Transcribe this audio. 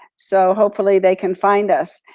so hopefully they can find us.